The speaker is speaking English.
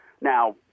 Now